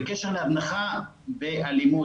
בקשר להזנחה באלימות,